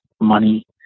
money